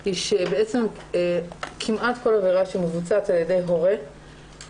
הוא שכמעט כל עבירה שמבוצעת על ידי הורה היא